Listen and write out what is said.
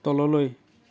তললৈ